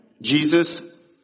Jesus